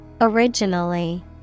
Originally